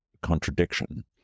contradiction